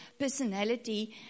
Personality